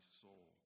soul